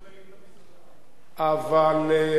אני זוכר,